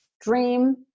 dream